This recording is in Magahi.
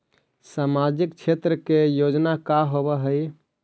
सामाजिक क्षेत्र के योजना का होव हइ?